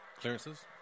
clearances